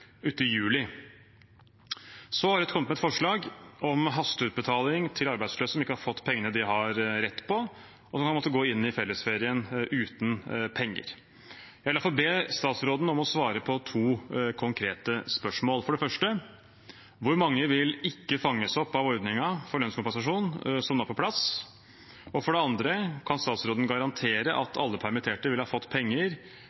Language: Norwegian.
Det har kommet et forsalg om hasteutbetaling til arbeidsløse som ikke har fått pengene de har rett på, og som kan måtte gå inn i fellesferien uten penger. Jeg vil i alle fall be statsråden om å svare på to konkrete spørsmål. For det første: Hvor mange vil ikke fanges opp av ordningen for lønnskompensasjon som nå er på plass? For det andre: Kan statsråden garantere